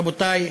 רבותי,